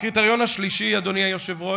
הקריטריון השלישי, אדוני היושב-ראש,